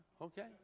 okay